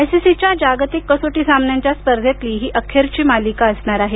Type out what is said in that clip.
I C C च्या जागतिक कसोटी सामन्यांच्या स्पर्धेतली अखेरची मालिका असणार आहे